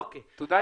אוקיי, בסדר.